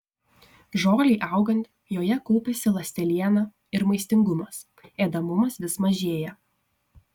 žolei augant joje kaupiasi ląsteliena ir maistingumas ėdamumas vis mažėja